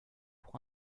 pour